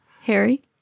Harry